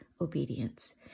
Obedience